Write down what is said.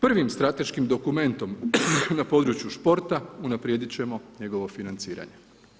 Prvim strateškim dokumentom na području športa unaprijedit ćemo njegovo financiranje.